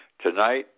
Tonight